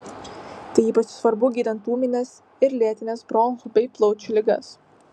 tai ypač svarbu gydant ūmines ir lėtines bronchų bei plaučių ligas